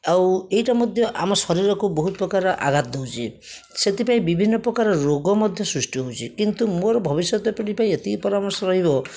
ଆଉ ଏଇଟା ମଧ୍ୟ ଆମ ଶରୀରକୁ ବହୁତ ପ୍ରକାର ଆଘାତ ଦେଉଛି ସେଥିପାଇଁ ବିଭିନ୍ନପ୍ରକାର ରୋଗମଧ୍ୟ ସୃଷ୍ଟି ହେଉଛି କିନ୍ତୁ ମୋର ଭବିଷ୍ୟତ ପିଢ଼ି ପାଇଁ ଏତିକି ପରାମର୍ଶ ରହିବ